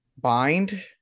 bind